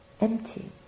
empty